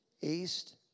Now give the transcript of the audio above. east